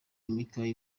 imikaya